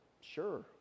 Sure